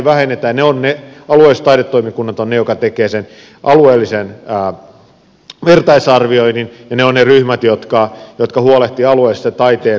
niitä ei vähennetä ja ne alueelliset taidetoimikunnat ovat ne jotka tekevät sen alueellisen vertaisarvioinnin ja ne ovat ne ryhmät jotka huolehtivat alueellista taiteen edistämisestä